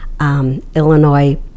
Illinois